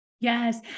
Yes